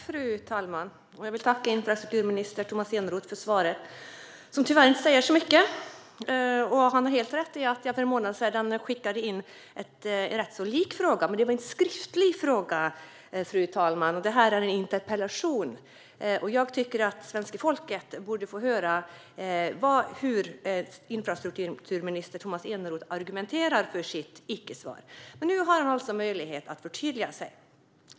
Fru talman! Jag vill tacka infrastrukturminister Tomas Eneroth för svaret som tyvärr inte säger så mycket. Han har helt rätt i att jag ställde samma fråga för en månad sedan, men det var en skriftlig fråga. Det här är en interpellation. Jag tycker att svenska folket borde få höra hur infrastrukturminister Tomas Eneroth argumenterar för sitt icke-svar. Nu har han alltså möjlighet att förtydliga sig.